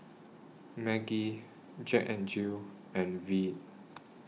Maggi Jack N Jill and Veet